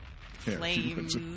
flames